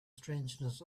strangeness